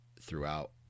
throughout